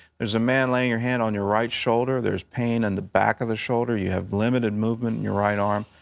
there's a man laying your hand on your right shoulder. there's pain in and the back of the shoulder. you have limited movement in your right arm.